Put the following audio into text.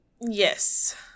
Yes